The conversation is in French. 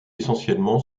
essentiellement